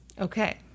Okay